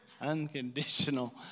unconditional